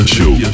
Show